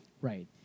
Right